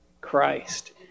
Christ